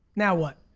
now what?